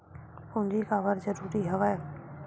पूंजी काबर जरूरी हवय?